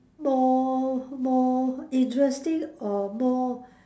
more more interesting or more